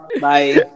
Bye